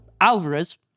Alvarez